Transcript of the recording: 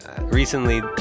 recently